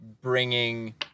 bringing